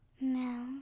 No